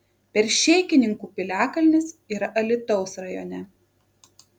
peršėkininkų piliakalnis yra alytaus rajone